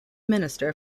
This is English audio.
minister